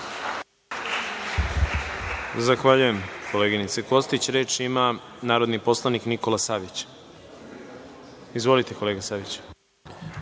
Zahvaljujem, koleginice Kostić. Reč ima narodni poslanik Nikola Savić. Izvolite, kolega Saviću.